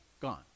gone